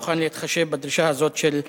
מוכן להתחשב בדרישה הזאת של מוזס.